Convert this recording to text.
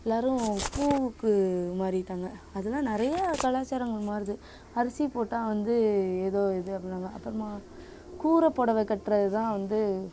எல்லோரும் பூவுக்கு மாறிவிட்டாங்க அதலாம் நிறைய கலாச்சாரங்கள் மாறுது அரிசி போட்டால் வந்து ஏதோ இது அப்படின்னாங்க அப்புறமா கூரைப்பொடவ கட்டுறது தான் வந்து